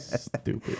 Stupid